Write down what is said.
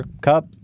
cup